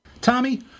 Tommy